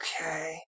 Okay